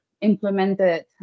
implemented